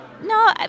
No